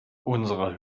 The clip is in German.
unsere